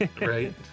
right